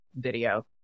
video